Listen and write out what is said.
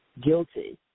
guilty